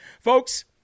Folks